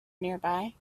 nearby